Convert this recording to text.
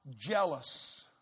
jealous